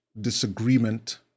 disagreement